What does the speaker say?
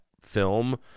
film